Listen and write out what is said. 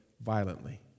violently